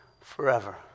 forever